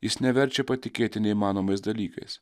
jis neverčia patikėti neįmanomais dalykais